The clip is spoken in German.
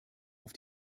auf